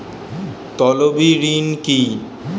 তলবি ঋণ কি?